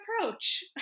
approach